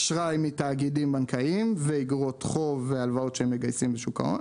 אשראי מתאגידים בנקאיים ואגרות חוב והלוואות שמגייסים לשוק ההון